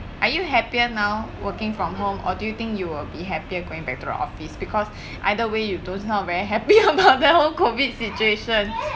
are you happier now working from home or do you think you'll be happier going back to the office because either way you don't know happy or not that [one] COVID situation